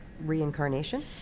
reincarnation